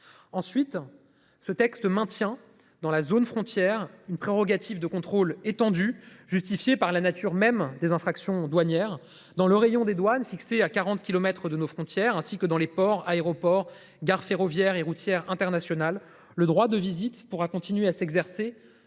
Ensuite. Ce texte maintient dans la zone frontière une prérogative de contrôle étendus justifiées par la nature même des infractions douanières dans le rayon des douanes fixée à 40 kilomètres de nos frontières, ainsi que dans les ports, aéroports, gares ferroviaires et routières international le droit de visite pourra continuer à s'exercer